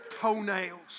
toenails